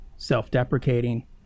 self-deprecating